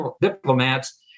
diplomats